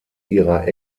ihrer